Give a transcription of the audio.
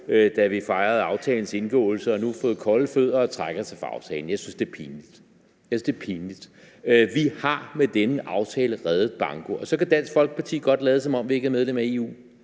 da vi fejrede aftalens indgåelse, og nu har fået kolde fødder og trækker sig fra aftalen. Jeg synes, det er pinligt. Jeg synes, det er pinligt. Vi har med denne aftale reddet banko, og så kan Dansk Folkeparti godt lade, som om vi ikke er medlem af EU,